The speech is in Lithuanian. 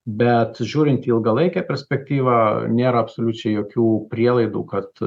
bet žiūrint į ilgalaikę perspektyvą nėra absoliučiai jokių prielaidų kad